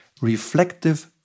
reflective